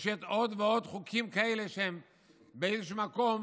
או שיש עוד ועוד חוקים כאלה שבאיזשהו מקום